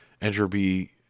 Entropy